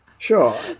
Sure